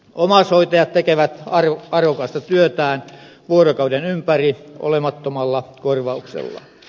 omaishoitajat tekevät arvokasta työtään vuorokauden ympäri olemattomalla korvauksella